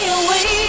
away